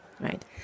right